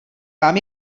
vám